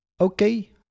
Okay